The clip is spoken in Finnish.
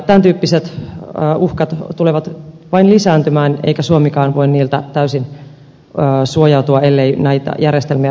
tämän tyyppiset uhkat tulevat vain lisääntymään eikä suomikaan voi niiltä täysin suojautua ellei näitä järjestelmiä ruveta kehittämään